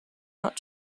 not